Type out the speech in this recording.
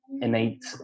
Innate